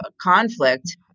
conflict